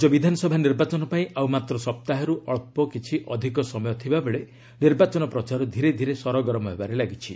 ରାଜ୍ୟ ବିଧାନସଭା ନିର୍ବାଚନ ପାଇଁ ଆଉ ମାତ୍ର ସପ୍ତାହେରୁ ଅଳ୍ପ କିଛି ଅଧିକ ସମୟ ଥିବା ବେଳେ ନିର୍ବାଚନ ପ୍ରଚାର ଧୀରେ ଧୀରେ ସରଗରମ ହେବାରେ ଲାଗିଛି